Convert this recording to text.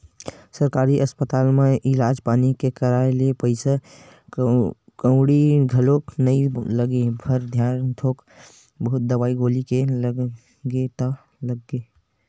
सरकारी अस्पताल म इलाज पानी के कराए ले पइसा कउड़ी घलोक नइ लगे बर धरय थोक बहुत दवई गोली के लग गे ता लग गे